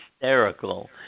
hysterical